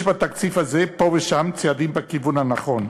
יש בתקציב הזה פה ושם צעדים בכיוון הנכון,